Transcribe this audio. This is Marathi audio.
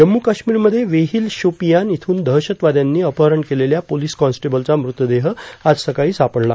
जम्मु काश्मीरमध्ये वेहिल शोपीयान इथून दहशतवाद्यांनी अपहरण केलेल्या पोलीस कॉन्स्टेबलचा मृतदेह आज सकाळी सापडला